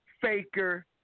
Faker